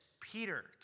Peter